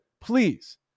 Please